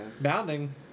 Bounding